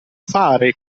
fare